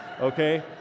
okay